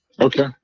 Okay